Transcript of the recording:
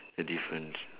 the difference